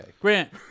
Grant